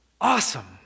awesome